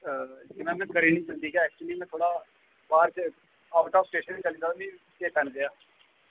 जी ma'am में करी देगा ऐक्चुअली में थोह्ड़ा बाह्र च आउट ऑफ़ स्टेशन चली गेदा हा मी चेता नि रेहा